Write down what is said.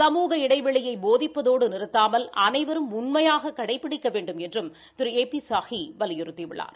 சமூக இடைவெளியை போதிப்பதோடு நிறுத்தாமல் அனைவரும் உண்மையாக கடைபிடிக்க வேண்டுமென்றும் திரு ஏ பி சாஹி வலியுறுத்தியுள்ளார்